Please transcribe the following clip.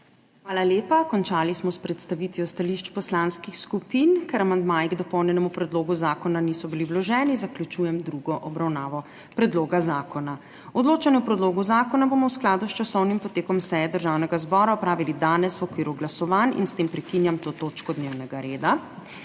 Hvala lepa. Končali smo s predstavitvijo stališč poslanskih skupin. Ker amandmaji k dopolnjenemu predlogu zakona niso bili vloženi, zaključujem drugo obravnavo predloga zakona. Odločanje o predlogu zakona bomo v skladu s časovnim potekom seje Državnega zbora opravili danes v okviru glasovanj. S tem prekinjam to točko dnevnega reda.